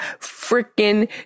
freaking